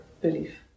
belief